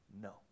No